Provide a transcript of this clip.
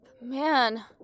Man